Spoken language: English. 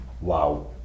wow